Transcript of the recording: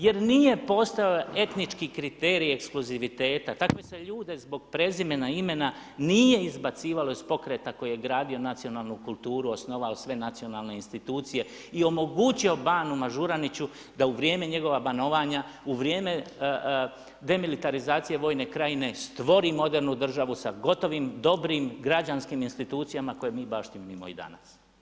Jer nije postojala etnički kriterij eksploziviteta, takve se ljude zbog prezimena, imena, nije izbacivalo iz pokreta koji je gradio nacionalnu kulturu, osnovao sve nacionalne institucije i omogućio banu Mažuraniću, da u vrijeme njegova banovanja, u vrijeme demitalizacije Vojne krajine stvori modernu državu sa gotovim dobrim građanskim institucijama koje mi baštimo i danas.